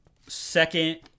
Second